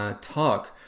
Talk